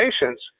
patients